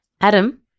Adam